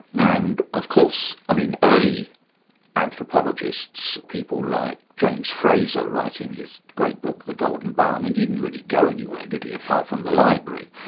and of course i mean early anthropologists, people like james frazer, writing his great book the golden bough. i mean, he didn't really go anywhere did he, apart from the library.